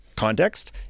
context